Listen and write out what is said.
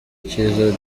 ikiza